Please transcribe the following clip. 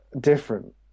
different